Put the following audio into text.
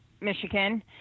Michigan